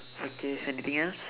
okay anything else